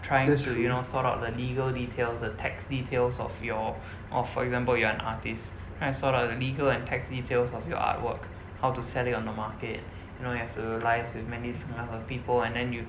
trying to you know sort out the legal details the tax details of your or for example you are an artist trying to sort out the legal and tax details of your artwork how to sell it on the market you know you have to liaise with many different kinds of people and then you